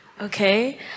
Okay